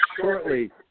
shortly